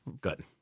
Good